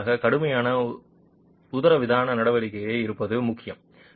கூடுதலாக கடுமையான உதரவிதான நடவடிக்கை இருப்பதும் முக்கியம்